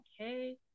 okay